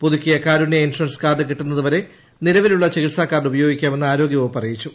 പുതുക്കിയ Karunya insurance card കിട്ടുന്നതുവരെ നിലവിലുള്ള് ചികിൽസാകാർഡ് ഉപയോഗിക്കാമെന്ന് ആര്യോഗ്യ ്വകുപ്പ് അറിയിച്ചു